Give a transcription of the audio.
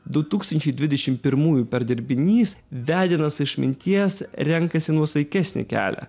du tūkstančiai dvidešim pirmųjų perdirbinys vedinas išminties renkasi nuosaikesnį kelią